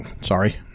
Sorry